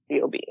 cob